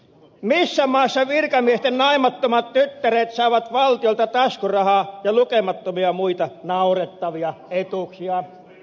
missä maassa virkamiesten naimattomat tyttäret saavat valtiolta taskurahaa ja lukemattomia muita naurettavia etuuksia